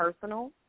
personal